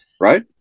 Right